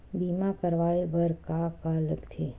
बीमा करवाय बर का का लगथे?